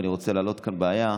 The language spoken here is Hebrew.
ואני רוצה להעלות כאן בעיה.